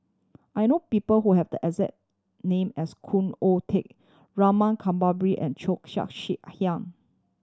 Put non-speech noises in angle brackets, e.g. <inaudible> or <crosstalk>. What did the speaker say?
I know people who have the exact name as Khoo Oon Teik Rama Kanbabiran and Cheo Chia <unintelligible> Hiang